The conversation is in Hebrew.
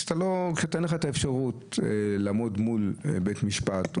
כשאין לך אפשרות לעמוד מול בית משפט,